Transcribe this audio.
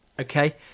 okay